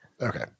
Okay